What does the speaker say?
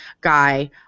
guy